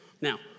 Now